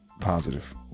positive